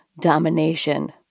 domination